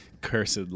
cursed